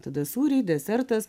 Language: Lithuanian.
tada sūriai desertas